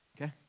okay